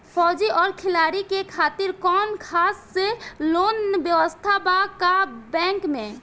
फौजी और खिलाड़ी के खातिर कौनो खास लोन व्यवस्था बा का बैंक में?